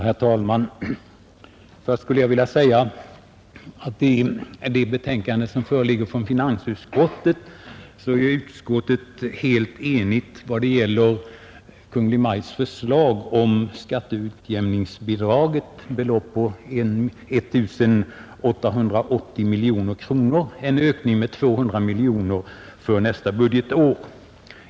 Herr talman! Först skulle jag vilja säga att i det betänkande som föreligger från finansutskottet är utskottet helt enigt vad gäller Kungl. Maj:ts förslag om skatteutjämningsbidraget, ett belopp på 1 880 miljoner kronor — en ökning med 200 miljoner för nästa budgetår.